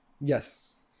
Yes